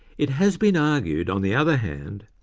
it has been argued, on the other hand,